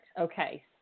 okay